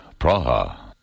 Praha